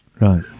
Right